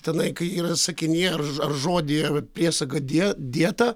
tenai kai yra sakinyje ar žo žodyje priesaga die dieta